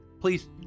Please